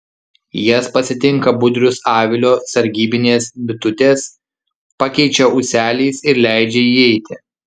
jas pasitinka budrius avilio sargybinės bitutės pakeičia ūseliais ir leidžia įeiti